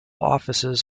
offices